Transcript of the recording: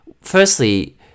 Firstly